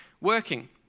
working